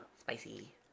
Spicy